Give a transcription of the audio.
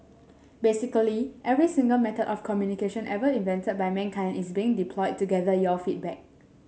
basically every single method of communication ever invented by mankind is being deployed to gather your feedback